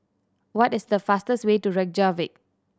what is the fastest way to Reykjavik